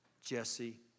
Jesse